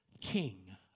king